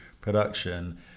production